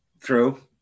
true